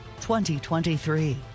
2023